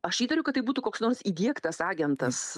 aš įtariu kad tai būtų koks nors įdiegtas agentas